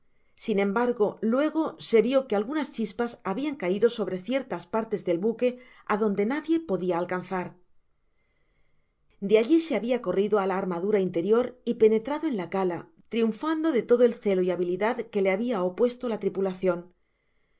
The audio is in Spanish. sin embargo luego se vió que algunas chispas habian caido sobre ciertas partes del buque adonde nadie podia alcanzar de allí se habia corrido á la armadura interior y penetrado en la cala triunfando de todo el celo y habiliad que le habia opuesto la tripulacion el